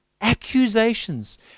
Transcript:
accusations